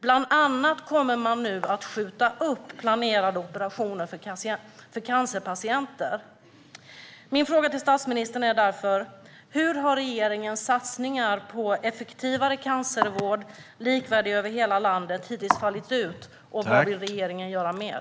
Bland annat kommer man nu att skjuta upp planerade operationer för cancerpatienter. Min fråga till statsministern är därför: Hur har regeringens satsningar på effektivare cancervård, likvärdig över hela landet, hittills fallit ut, och vad vill regeringen göra mer?